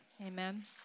Amen